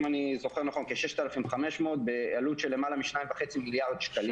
אם אני זוכר נכון כ-6,500 בעלות של למעלה מ-2.5 מיליארד שקלים.